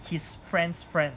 his friend's friend